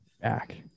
back